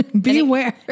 Beware